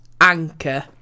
anchor